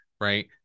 right